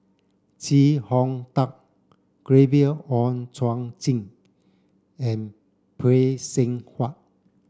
Chee Hong Tat Gabriel Oon Chong Jin and Phay Seng Whatt